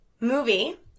movie